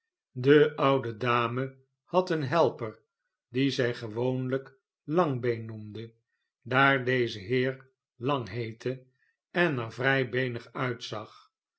de oude dame had een helper dien zij gewoonlijk langbeen noemde daar deze heer lang heette en er vry beenig uitzag